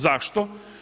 Zašto?